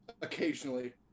Occasionally